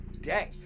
day